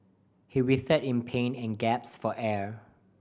he writhed in pain and for air